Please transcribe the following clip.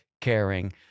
caring